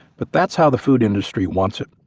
but that's how the food industry wants it.